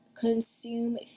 consume